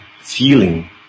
feeling